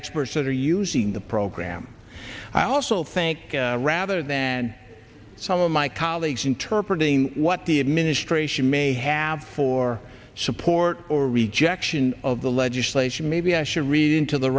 experts that are using the program i also think rather than some of my colleagues interpret ing what the administration may have for support or rejection of the legislation maybe i should read into the